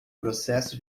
processo